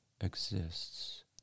exists